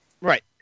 right